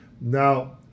Now